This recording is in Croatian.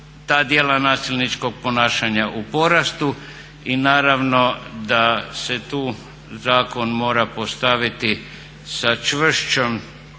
ta djela nasilničkog ponašanja u porastu i naravno da se tu zakon mora postaviti sa čvršćom